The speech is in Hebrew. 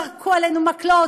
זרקו עלינו מקלות,